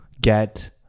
get